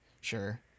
Sure